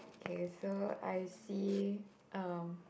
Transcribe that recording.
okay so I see um